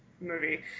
movie